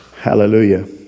Hallelujah